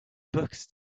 books